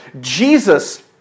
Jesus